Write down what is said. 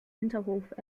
hinterhof